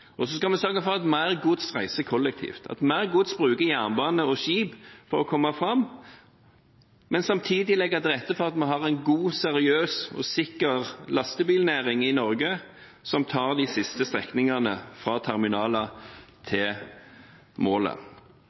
Så skal vi sørge for at mer gods reiser kollektivt, at mer gods bruker jernbane og skip for å komme fram, men samtidig legge til rette for at vi har en god, seriøs og sikker lastebilnæring i Norge som tar de siste strekningene fra terminaler til målet.